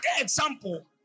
example